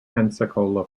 pensacola